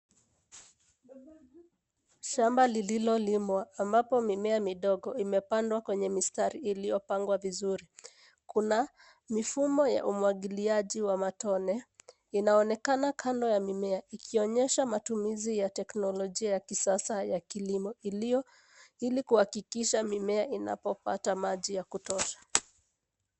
Shamba lililolimwa ambapo mimea midogo imepandwa kwenye mistari, iliyopangwa vizuri. Kuna mifumo ya umwagiliaji wa matone, inaonekana kando ya mimea ikionyesha matumizi ya teknologia ya kisasa ya kilimo ili kuhakikisha mimea inapata maji ya kutosha.